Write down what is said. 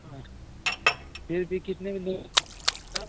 हाँ फ़िर भी कितने का